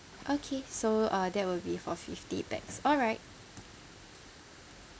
okay so uh that will be for fifty pax alright